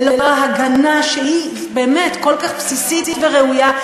ללא ההגנה שהיא באמת כל כך בסיסית וראויה,